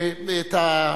את